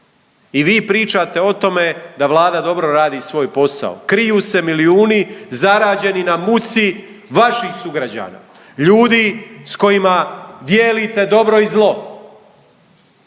i vi pričate o tome da Vlada dobro radi svoj posao. Kriju se milijuni zarađeni na muci vaših sugrađana, ljudi s kojima dijelite dobro i zlo